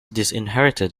disinherited